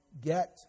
get